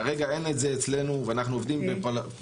כרגע אין את זה אצלנו ואנחנו עובדים בפלטפורמות